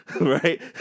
Right